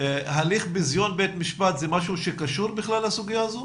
הליך ביזיון בית משפט זה משהו שקשור בכלל לסוגיה הזו?